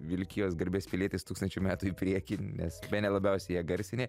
vilkijos garbės pilietis tūkstančiui metų į priekį nes bene labiausiai ją garsini